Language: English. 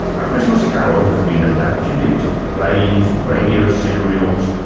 a christmas carol has been adapted into plays radio serials,